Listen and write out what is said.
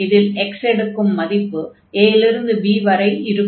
இதில் x எடுக்கும் மதிப்பு a இலிருந்து b வரை இருக்கும்